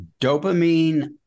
dopamine